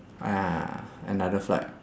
ah ya ya another flight